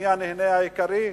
ומי הנהנה העיקרי.